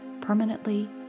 permanently